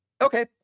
okay